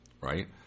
right